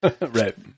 Right